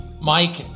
Mike